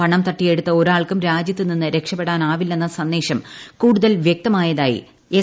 പണം തട്ടിയെടുത്ത് ഒരാൾക്കും രാജ്യത്തുനിന്നും രക്ഷപ്പെടാനാവില്ലെന്ന സന്ദേശം കൂടുതൽ വ്യക്തമായതായി എസ്